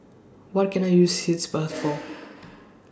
What Can I use Sitz Bath For